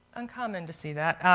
uncommon to see that.